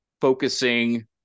focusing